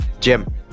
Jim